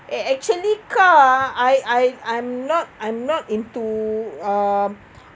eh actually car ah I I I'm not I'm not into um